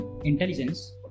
intelligence